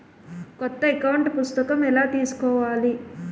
కొత్త అకౌంట్ పుస్తకము ఎలా తీసుకోవాలి?